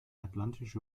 atlantische